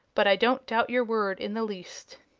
but i don't doubt your word in the least.